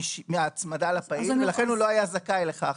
מההצמדה לפעיל ולכן הוא לא היה זכאי לכך.